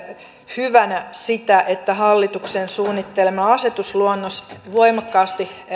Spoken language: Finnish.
hyvänä sitä että hallituksen suunnittelema asetusluonnos voimakkaasti